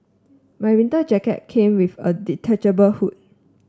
my winter jacket came with a detachable hood